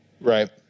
Right